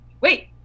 wait